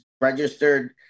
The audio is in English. registered